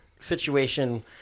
situation